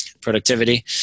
productivity